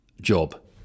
job